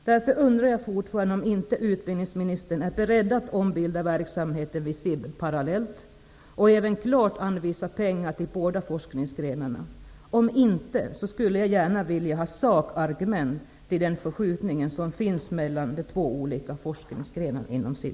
Därför undrar jag fortfarande om inte utbildningsministern är beredd att parallellt ombilda verksamheten vid SIB, och att även klart anvisa pengar till båda forskningsgrenarna. Om inte, skulle jag gärna vilja ha sakargument för den förskjutning som finns mellan de två olika forskningsgrenarna inom SIB.